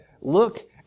look